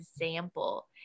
example